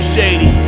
Shady